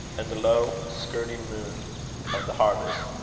and the low skirting moon of the harvest,